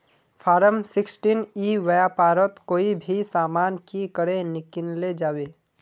Form sixteen ई व्यापारोत कोई भी सामान की करे किनले जाबे?